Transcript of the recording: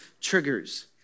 triggers